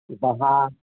ᱵᱟᱦᱟ